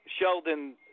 Sheldon